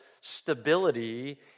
stability